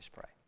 Pray